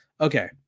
Okay